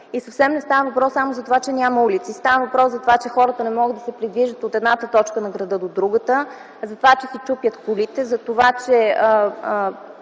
и съвсем на става въпрос само за това, че няма улици. Става въпрос за това, че хората не могат да се придвижат от едната точка на града до другата, затова че си чупят колите, за това че